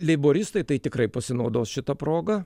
leiboristai tai tikrai pasinaudos šita proga